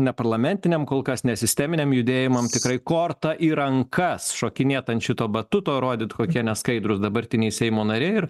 neparlamentiniam kol kas nesisteminiam judėjimam tikrai korta į rankas šokinėt ant šito batuto rodyt kokie neskaidrūs dabartiniai seimo nariai ir